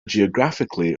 geographically